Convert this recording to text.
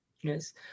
Yes